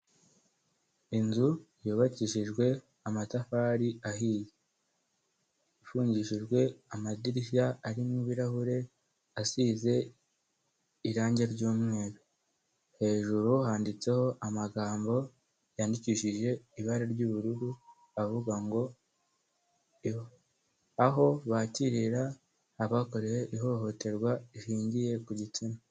Inzu yubakishijwe amatafari ahiye, ifungishijwe amadirishya ari mo ibirahure, asize irangi ry'mweru hejuru handitseho amagambo yandikishije ibara ry'ubururu avuga ngo "Aho bakirira abakorewe ihohoterwa rishingiye ku gitsina".